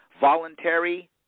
voluntary